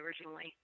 originally